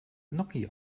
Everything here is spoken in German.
gnocchi